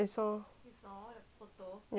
ya not pretty